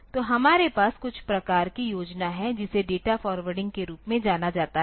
तो हमारे पास कुछ प्रकार की योजना है जिसे डेटा फॉरवार्डिंग के रूप में जाना जाता है